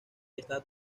está